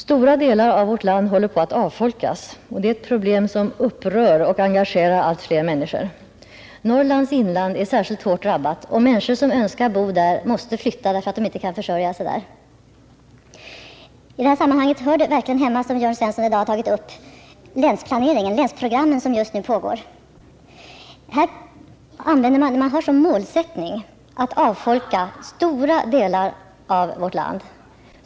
Stora delar av vårt land håller på att avfolkas, och det är ett problem som upprör och engagerar allt fler. Norrlands inland är särskilt hårt drabbat, och människor som önskar bo där måste flytta därför att de inte kan försörja sig där. I detta sammanhang hör verkligen hemma — vilket Jörn Svensson i dag har tagit upp — länsplaneringen som just nu pågår. Man har som målsättning att avfolka stora delar av vårt land.